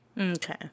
Okay